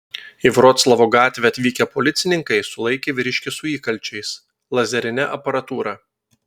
į vroclavo gatvę atvykę policininkai sulaikė vyriškį su įkalčiais lazerine aparatūra